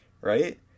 right